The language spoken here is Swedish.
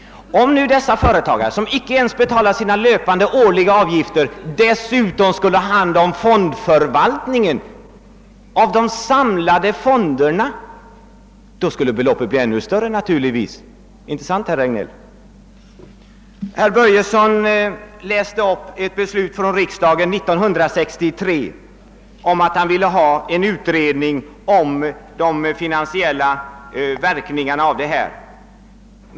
Om nu dessa företagare, som icke ens betalar sina löpande årliga avgifter, dessutom skulle ha hand om förvaltningen av de samlade fonderna, så skulle naturligtvis de undandragna beloppen bli ännu större — inte sant, herr Regnéll? Herr Börjesson i Glömminge läste upp ett yttrande av andra lagutskottet 1963 om att man ville ha en utredning om pensionssystemets samhällsekonomiska verkningar.